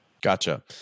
Gotcha